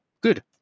good